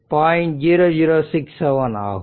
0067 ஆகும்